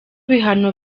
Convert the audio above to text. bihano